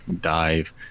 dive